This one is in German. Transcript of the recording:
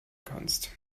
kannst